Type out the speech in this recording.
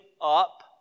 up